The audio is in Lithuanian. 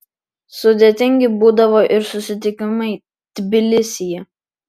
sudėtingi būdavo ir susitikimai tbilisyje